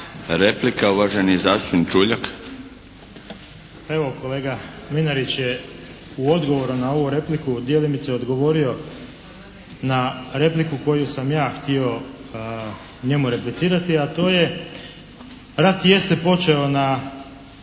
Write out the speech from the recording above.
Replika, uvaženi zastupnik Čuljak. **Čuljak, Tomislav (HDZ)** Evo kolega Mlinarić je u odgovoru na ovu repliku djelimice odgovorio na repliku koju sam ja htio njemu replicirati, a to je rat jeste počeo na